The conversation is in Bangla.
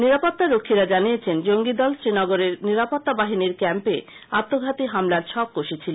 নিরাপত্তা রক্ষীরা জানিয়েছেন জঙ্গীদল শ্রীনগরের নিরাপত্তা বাহিনীর ক্যাম্পে আত্মঘাতী হামলার ছক কষেছিল